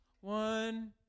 One